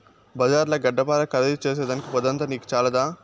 బజార్ల గడ్డపార ఖరీదు చేసేదానికి పొద్దంతా నీకు చాలదా